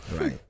Right